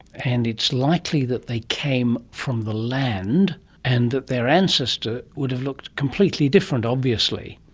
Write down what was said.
and it's likely that they came from the land and that their ancestor would have looked completely different, obviously,